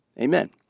Amen